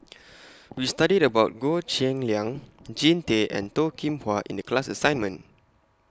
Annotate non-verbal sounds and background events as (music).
(noise) We studied about Goh Cheng Liang Jean Tay and Toh Kim Hwa in The class assignment